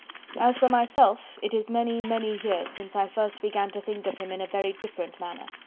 as for myself, it is many, many years since i first began to think of him in a very different manner.